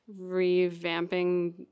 revamping